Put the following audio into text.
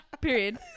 period